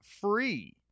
free